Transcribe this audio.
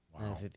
Wow